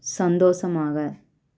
சந்தோஷமாக